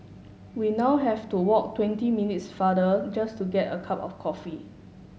we now have to walk twenty minutes farther just to get a cup of coffee